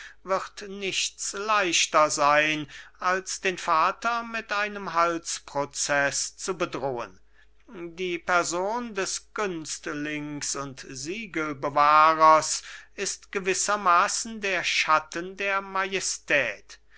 wird nichts leichter sein als den vater mit einem halsproceß zu bedrohen die person des günstlings und siegelbewahrers ist gewissermaßen der schatten der